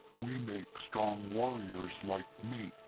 we make strong warriors like me.